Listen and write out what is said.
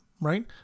right